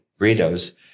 burritos